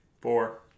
four